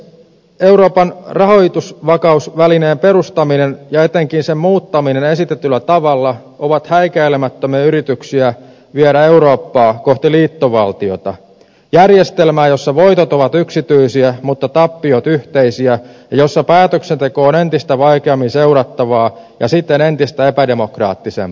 euroopan rahoitusvakausvälineen perustaminen ja etenkin sen muuttaminen esitetyllä tavalla ovat häikäilemättömiä yrityksiä viedä eurooppaa kohti liittovaltiota järjestelmää jossa voitot ovat yksityisiä mutta tappiot yhteisiä ja jossa päätöksenteko on entistä vaikeammin seurattavaa ja siten entistä epädemokraattisempaa